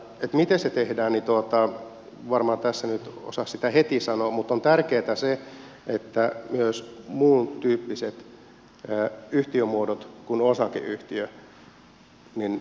miten se tehdään sitä en varmaan tässä nyt osaa heti sanoa mutta on tärkeätä se että myös muuntyyppiset yhtiömuodot kuin osakeyhtiö voisivat hyödyntää tämän